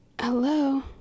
Hello